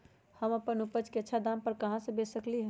हम अपन उपज अच्छा दाम पर कहाँ बेच सकीले ह?